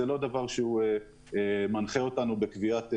זה לא דבר שמנחה אותנו בקביעה.